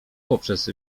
poprzez